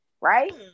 right